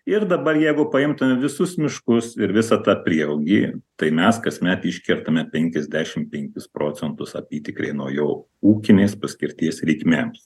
ir dabar jeigu paimtume visus miškus ir visą tą prieaugį tai mes kasmet iškertame penkiasdešimt penkis procentus apytikriai nuo jo ūkinės paskirties reikmėms